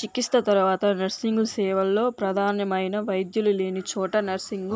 చికిత్స తర్వాత నర్సింగ్ సేవల్లో ప్రధానమైన వైద్యులు లేని చోట నర్సింగ్